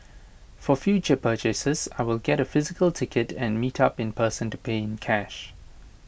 for future purchases I will get A physical ticket and meet up in person to pay in cash